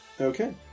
okay